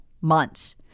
months